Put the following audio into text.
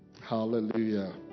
Hallelujah